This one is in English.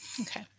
Okay